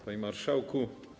Panie Marszałku!